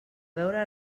veure